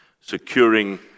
securing